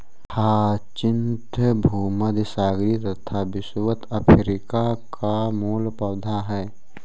hyacinth भूमध्यसागरीय तथा विषुवत अफ्रीका का मूल पौधा है